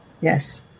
Yes